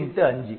4 5